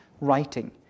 writing